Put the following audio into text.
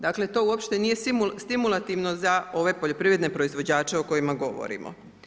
Dakle, to uopće nije stimulativno za ove poljoprivredne proizvođače o kojima govorimo.